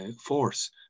force